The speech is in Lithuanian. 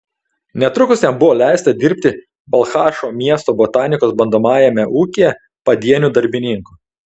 netrukus jam buvo leista dirbti balchašo miesto botanikos bandomajame ūkyje padieniu darbininku